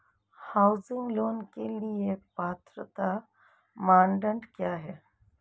Housing loan के लिए पात्रता मानदंड क्या हैं?